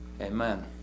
Amen